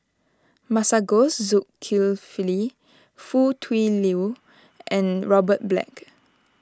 Masagos Zulkifli Foo Tui Liew and Robert Black